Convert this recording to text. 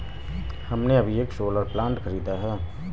हमने अभी एक सोलर प्लांट खरीदा है